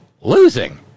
losing